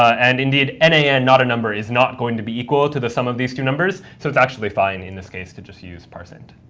and indeed, and nan, and not a number, is not going to be equal to the sum of these two numbers, so it's actually fine in this case to just use parseint.